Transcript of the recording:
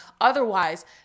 Otherwise